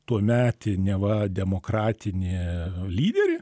tuometį neva demokratinį lyderį